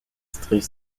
stries